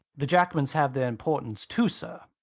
the jackmans have their importance too, sir.